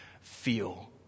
feel